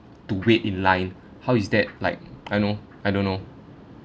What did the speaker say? to wait in line how is that like I don't know I don't know